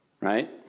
Right